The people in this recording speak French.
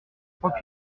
trente